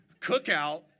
cookout